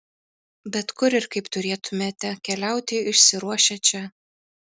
bet kur ir kaip turėtumėte keliauti išsiruošę čia